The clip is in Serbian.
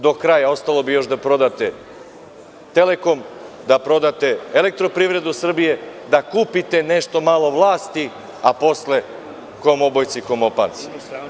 Do kraja ostalo bi još da prodate „Telekom“, da prodate „Elektorprivredu Srbije“, da kupite nešto malo vlasti, a posle kom opacni kom obojci.